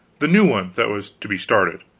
the new one that was to be started.